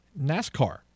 NASCAR